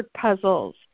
puzzles